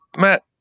Matt